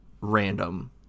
random